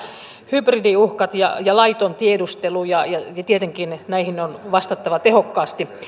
hybridiuhkat ja ja laiton tiedustelu ja ja tietenkin näihin on vastattava tehokkaasti